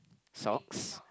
socks